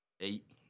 eight